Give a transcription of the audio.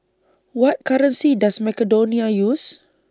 What currency Does Macedonia use